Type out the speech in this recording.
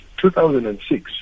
2006